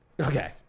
okay